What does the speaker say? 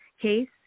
case